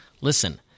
Listen